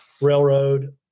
Railroad